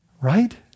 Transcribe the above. Right